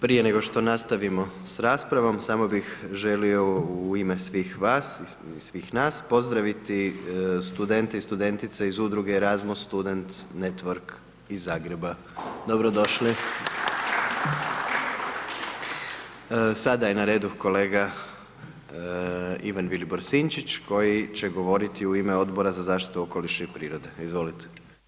Prije nego što nastavimo s raspravom, samo bih želio u ime svih vas i svih nas, pozdraviti studente i studentice iz Udruge Rasmus StudentNetwork iz Zagreba, dobro došli!... Sada je na redu kolega Ivan Vilibor Sinčić, koji će govoriti u ime Odbora za zaštitu okoliša i prirode, izvolite.